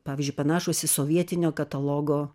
pavyzdžiui panašūs į sovietinio katalogo